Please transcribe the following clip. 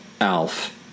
Alf